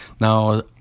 Now